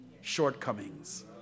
shortcomings